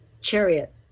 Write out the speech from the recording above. chariot